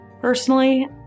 Personally